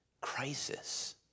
Crisis